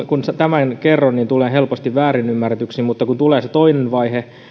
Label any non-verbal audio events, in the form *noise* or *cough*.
*unintelligible* kun tämän kerron niin tulee helposti väärinymmärretyksi kun tulee se toinen vaihe